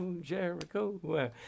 Jericho